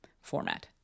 format